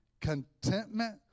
contentment